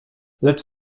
lecz